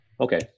Okay